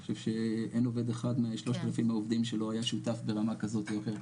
אני חושב שאין עובד מ-3,000 העובדים שלא היה שותף ברמה כזאת או אחרת,